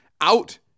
out